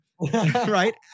right